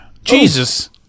Jesus